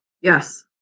Yes